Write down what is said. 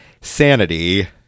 Sanity